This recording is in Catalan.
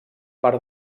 part